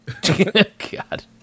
God